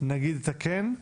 נגיד את ה'כן',